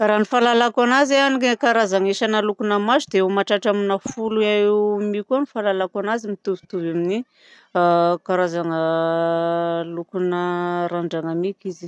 Raha ny fahalalako anazy ny karazana isana lokona maso dia eo amin'ny mahatratra amina folo eo koa ny fahalalako anazy. Mitovy amin'ny karazana lokona randrana mi izy.